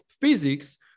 physics